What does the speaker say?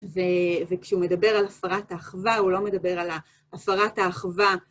ו... וכשהוא מדבר על הפרת האחווה, הוא לא מדבר על ה... הפרת האחווה...